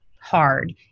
hard